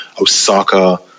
Osaka